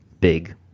big